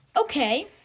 Okay